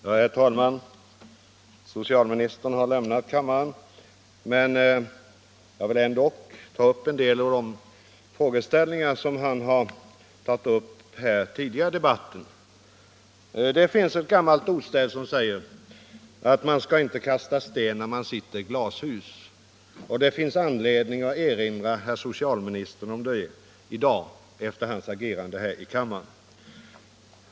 Herr talman! Socialministern har lämnat kammaren, men jag vill ändå ta upp en del av de frågor som han berörde tidigare i debatten. Det finns ett gammalt ordstäv, som säger att man inte skall kasta sten när man sitter i glashus. Det finns anledning att erinra herr socialministern om detta i dag efter hans agerande här i kammaren.